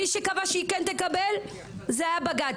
מי שקבע שהיא כן תקבל זה היה בג"צ,